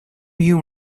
you